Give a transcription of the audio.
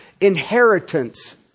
inheritance